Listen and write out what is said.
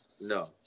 No